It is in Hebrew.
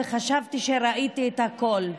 וחשבתי שראיתי את הכול.